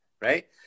right